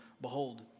behold